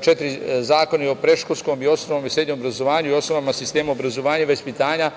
četiri zakona i o predškolskom i osnovnom i srednjem obrazovanju i osnovama sistema obrazovanja i vaspitanja,